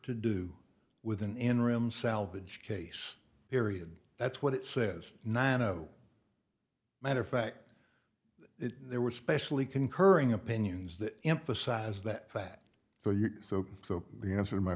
to do with an interim salvage case period that's what it says nine a matter of fact it there were specially concurring opinions that emphasize that for you so so the answer my